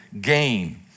gain